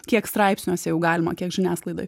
kiek straipsniuose jau galima kiek žiniasklaidoj